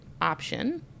option